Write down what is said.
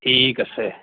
ঠিক আছে